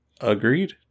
Agreed